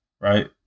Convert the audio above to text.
right